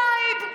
ציד,